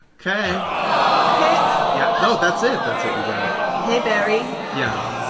kay kay yeah, no, that's it. that's it you got it hey, barry yeah.